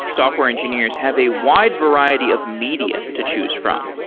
software engineers have a wide variety of media to choose from,